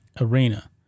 arena